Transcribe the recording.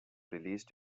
released